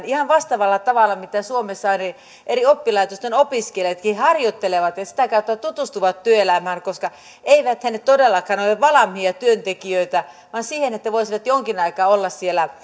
ihan vastaavalla tavalla miten suomessa eri oppilaitosten opiskelijatkin harjoittelevat ja sitä kautta tutustuvat työelämään eiväthän he todellakaan ole valmiita työntekijöitä vaan he voisivat jonkin aikaa olla esimerkiksi siellä